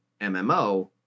MMO